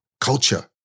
culture